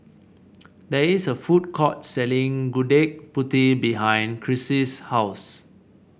there is a food court selling Gudeg Putih behind Crissy's house